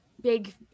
big